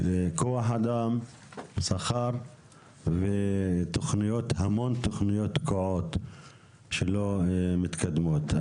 כוח אדם, שכר והמון תוכניות תקועות שלא מתקדמות.